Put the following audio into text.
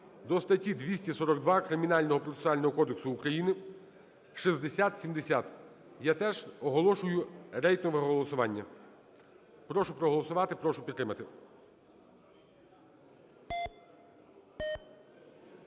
до статті 242 Кримінального процесуального кодексу України (6070). Я теж оголошую рейтингове голосування. Прошу проголосувати, прошу підтримати.